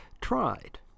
tried